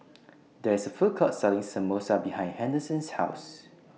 There IS A Food Court Selling Samosa behind Henderson's House